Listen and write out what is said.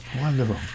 Wonderful